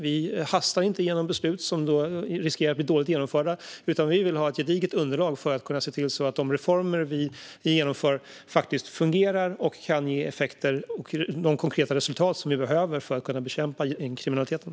Vi hastar inte igenom beslut som riskerar att bli dåligt genomförda, utan vi vill ha ett gediget underlag för att kunna se till att de reformer vi genomför faktiskt fungerar och kan ge effekter och de konkreta resultat som vi behöver för att kunna bekämpa gängkriminaliteten.